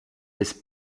ist